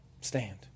Stand